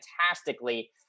fantastically